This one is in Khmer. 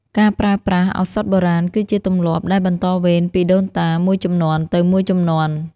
ការប្រើប្រាស់ឱសថបុរាណគឺជាទម្លាប់ដែលបន្តវេនពីដូនតាមួយជំនាន់ទៅមួយជំនាន់។